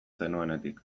zenuenetik